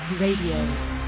Radio